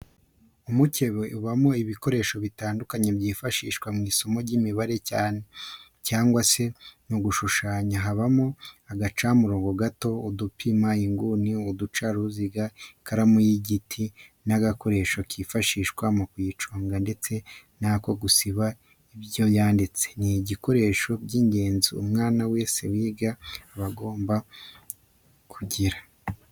Umukebe ubamo ibikoresho bitandukanye byifashishwa mu isomo ry'imibare cyangwa se mu gushushanya habamo agacamurongo gato, udupima inguni, uducaruziga, ikaramu y'igiti n'agakoresho kifashishwa mu kuyiconga ndetse n'ako gusiba ibyo yanditse, ni ibikoresho by'ingenzi umwana wese wiga aba agomba kugira.